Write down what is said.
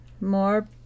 more